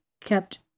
kept